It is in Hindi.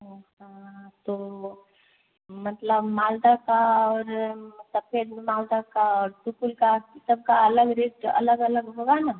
अच्छा तो मतलब मालदा का और सफ़ेद मालदा का और सुपुल का सबका अलग रेट अलग अलग होगा ना